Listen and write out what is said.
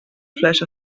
flash